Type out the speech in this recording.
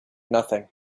nothing